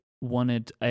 wanted